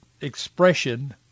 expression